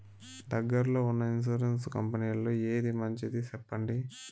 దగ్గర లో ఉన్న ఇన్సూరెన్సు కంపెనీలలో ఏది మంచిది? సెప్పండి?